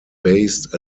based